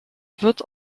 wird